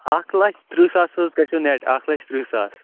اَکھ لَچھ ترٛہ ساس حظ گژھیو نیٚٹ اَکھ لَچھ ترٛہ ساس